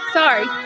sorry